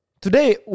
Today